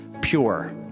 pure